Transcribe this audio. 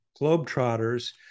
Globetrotters